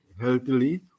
healthily